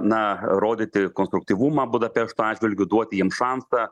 na rodyti konstruktyvumą budapešto atžvilgiu duoti jiems šansą